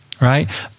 right